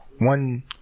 one